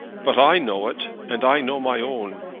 but i know it and i know my own.